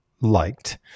liked